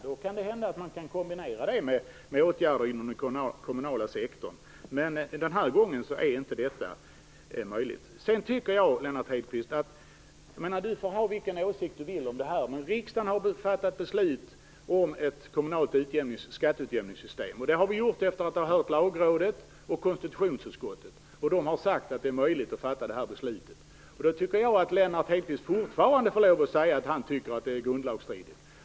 Då kan det hända att man kan göra en kombination med åtgärder inom den kommunala sektorn. Men den här gången är inte detta möjligt. Lennart Hedquist får ha vilken åsikt han vill om detta, men i riksdagen har vi fattat ett beslut om ett kommunalt skatteutjämningssystem. Det gjorde vi efter att ha hört Lagrådet och konstitutionsutskottet, som sade att det var möjligt att fatta detta beslut. Därför tycker jag fortfarande att Lennart Hedquist får lov att säga att han tycker att det är grundlagstridigt.